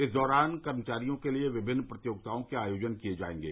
इस दौरान कर्मचारियों के लिए विभिन्न प्रतियोगिताओं के आयोजन किए जायेंगे